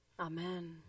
Amen